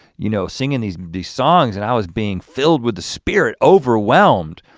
you know singing these the songs and i was being filled with the spirit overwhelmed,